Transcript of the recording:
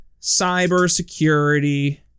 cybersecurity